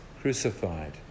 crucified